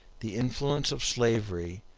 the influence of slavery,